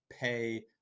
pay